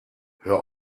hör